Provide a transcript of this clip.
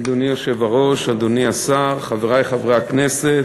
אדוני היושב-ראש, אדוני השר, חברי חברי הכנסת,